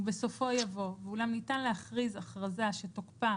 ובסופו יבוא "ואולם ניתן להכריז אכרזה שתוקפה